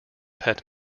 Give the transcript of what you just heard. pet